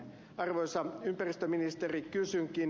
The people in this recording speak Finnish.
arvoisa ympäristöministeri kysynkin